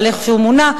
על איך שהוא מונה,